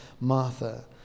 Martha